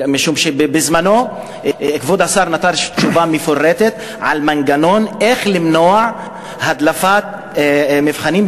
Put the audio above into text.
משום שבזמנו כבוד השר נתן תשובה מפורטת על מנגנון למניעת הדלפת מבחנים,